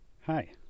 Hi